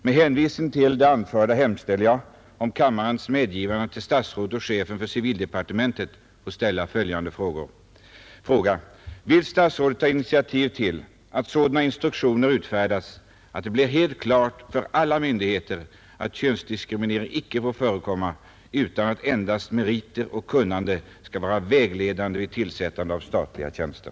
Med hänvisning till det anförda hemställer jag om kammarens medgivande att till civilministern få ställa följande fråga: Vill statsrådet ta initiativ till att sådana instruktioner utfärdas, att det blir helt klart för alla myndigheter att könsdiskriminering icke får förekomma, utan att endast meriter och kunnande skall vara vägledande vid tillsättning av statliga tjänster?